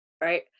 right